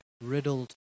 riddled